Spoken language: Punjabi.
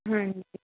ਹਾਂ